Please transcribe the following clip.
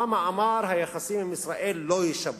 אובמה אמר שהיחסים עם ישראל לא יישברו.